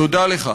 תודה לך.